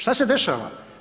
Šta se dešava?